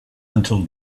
until